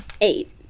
eight